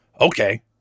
okay